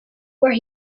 where